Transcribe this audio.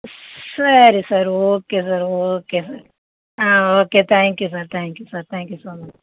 சரி sir okay sir okay sir ah okay thank you sir thank you sir thank யூ ஸோ much